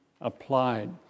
applied